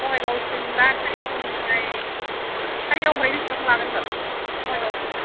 बङाइगावसिम बा खारिगावनिफ्राय बेसेबां लागोन बाल बङाइगावसिम